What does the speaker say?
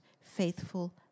faithful